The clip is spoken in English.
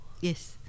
Yes